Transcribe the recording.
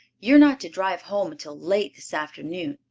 you are not to drive home until late this afternoon.